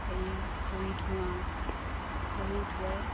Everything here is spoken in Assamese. সেই ভৰি ধুৱাওঁ ভৰি ধুৱাই